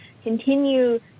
continue